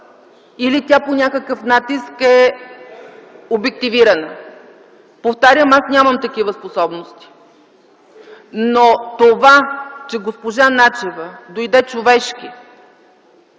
или тя под някакъв натиск е обективирана. Повтарям, аз нямам такива способности. Но това, че госпожа Начева дойде човешки